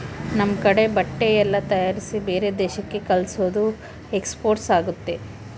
ನಮ್ ಕಡೆ ಬಟ್ಟೆ ಎಲ್ಲ ತಯಾರಿಸಿ ಬೇರೆ ದೇಶಕ್ಕೆ ಕಲ್ಸೋದು ಎಕ್ಸ್ಪೋರ್ಟ್ ಆಗುತ್ತೆ